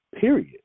Period